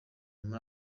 muri